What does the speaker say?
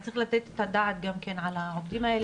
צריך לתת את הדעת גם כן על העובדים האלה.